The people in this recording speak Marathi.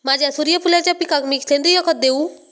माझ्या सूर्यफुलाच्या पिकाक मी सेंद्रिय खत देवू?